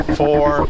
four